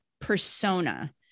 persona